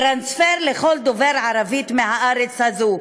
טרנספר לכל דובר ערבית מהארץ הזאת,